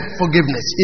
forgiveness